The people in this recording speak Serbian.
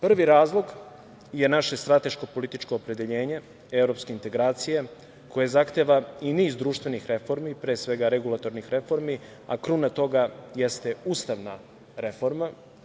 Prvi razlog je naše strateško političko opredeljenje, evropske integracije koje zahteva i niz društvenih reformi, pre svega regulatornih reformi, a kruna toga jeste ustavna reforma.